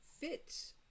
fits